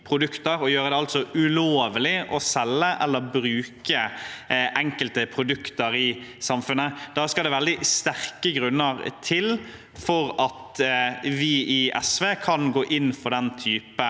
og gjøre det ulovlig å selge eller bruke enkelte produkter i samfunnet. Det skal veldig sterke grunner til for at vi i SV kan gå inn for den typen